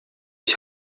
ich